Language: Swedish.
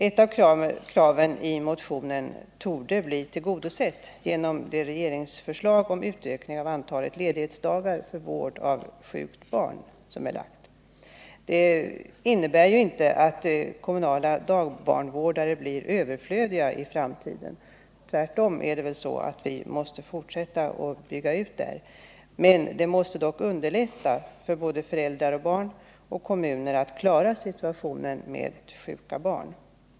Ett av kraven i motionen torde bli tillgodosett genom regeringens förslag om utökning av antalet ledighetsdagar för vård av sjukt barn. Det innebär inte att kommunala dagbarnvårdare blir överflödiga i framtiden. Tvärtom måste det ske en utbyggnad på det området. Men ett utökat antal ledighetsdagar måste underlätta för såväl föräldrar och barn som kommuner att klara situationen när barnen är sjuka.